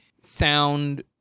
sound